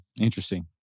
Interesting